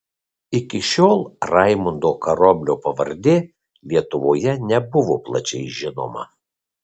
iki šiol raimundo karoblio pavardė lietuvoje nebuvo plačiai žinoma